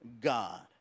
God